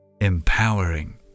Empowering